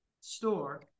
store